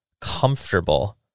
comfortable